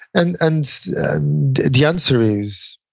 and and and the answer is,